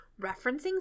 referencing